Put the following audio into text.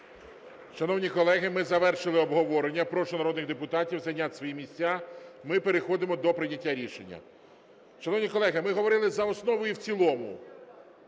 Шановні колеги, ми завершили обговорення. Прошу народних депутатів зайняти свої місця, ми переходимо до прийняття рішення. Шановні колеги, ми говорили за основу і в цілому.